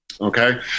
okay